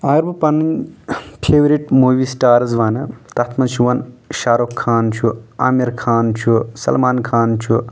اگر بہٕ پنٕنۍ فیورِٹ موٗوی سٹارٕز ونہٕ تتھ منٛز چھُ یِوان شارُک خان چھُ آمر خان سلمان خان چھُ